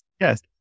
Yes